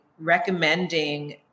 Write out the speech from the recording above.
recommending